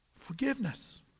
forgiveness